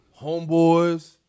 homeboys